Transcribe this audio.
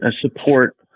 support